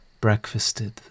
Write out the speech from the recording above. breakfasted